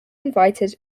invited